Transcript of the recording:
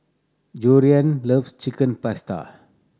Georgiann loves Chicken Pasta